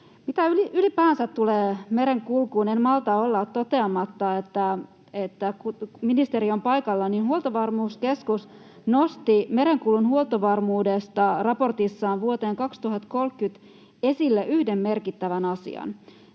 Mitä ylipäänsä tulee merenkulkuun, niin en malta olla toteamatta, kun ministeri on paikalla, että Huoltovarmuuskeskus nosti raportissaan merenkulun huoltovarmuudesta vuoteen 2030 esille yhden merkittävän asian